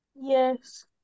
Yes